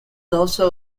also